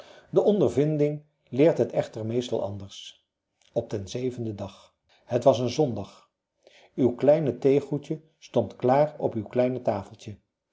de ondervinding leert het echter meestal anders op den zevenden dag het was een zondag uw kleine theegoedje stond klaar op uw kleine tafeltje